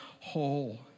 whole